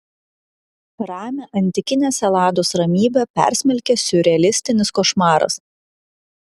ramią antikinės elados ramybę persmelkia siurrealistinis košmaras